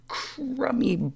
crummy